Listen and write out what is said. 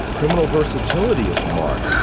criminal versatility is a mark.